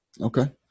Okay